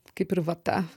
kaip ir vata